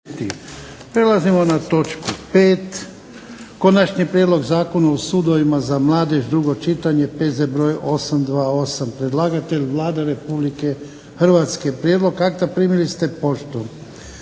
Prelazimo na točku 5. - Konačni prijedlog Zakona o sudovima za mladež, drugo čitanje, P.Z. br. 828 Predlagatelj Vlada Republike Hrvatske. Prijedlog akta primili ste poštom.